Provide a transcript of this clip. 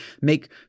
make